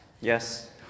yes